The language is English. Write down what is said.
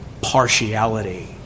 partiality